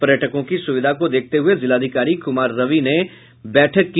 पर्यटकों की सुविधा को देखते हुए जिलाधिकारी कुमार रवि ने बैठक की